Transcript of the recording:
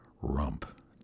Rump